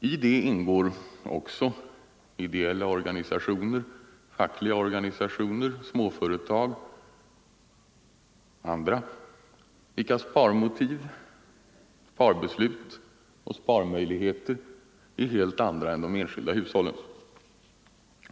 I detta ingår också ideella organisationer, fackliga organisationer, småföretag och andra, vilkas sparmotiv, sparbeslut och sparmöjligheter är helt andra än de enskilda hushållens.